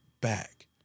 back